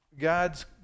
God's